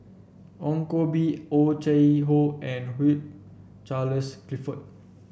Ong Koh Bee Oh Chai Hoo and Hugh Charles Clifford